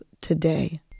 today